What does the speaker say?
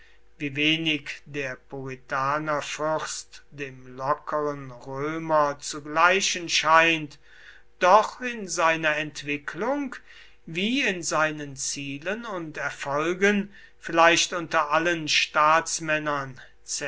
wie wenig der puritanerfürst dem lockeren römer zu gleichen scheint doch in seiner entwicklung wie in seinen zielen und erfolgen vielleicht unter allen staatsmännern